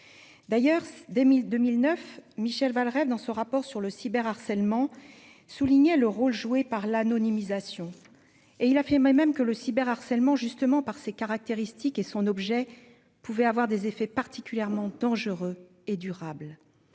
D'ailleurs 2002 1009 Michel va rêve dans ce rapport sur le cyber harcèlement soulignait le rôle joué par l'anonymisation et il affirmait même que le cyber harcèlement justement par ses caractéristiques et son objet pouvait avoir des effets particulièrement dangereux et durable.